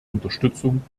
unterstützung